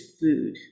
food